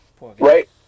Right